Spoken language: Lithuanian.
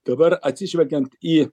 dabar atsižvelgiant į